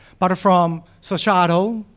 but from societal,